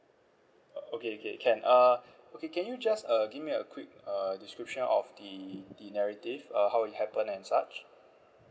o~ okay okay can uh okay can you just uh give me a quick uh description of the the narrative uh how it happened and such